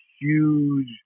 huge